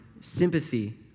sympathy